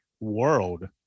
World